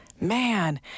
Man